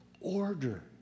order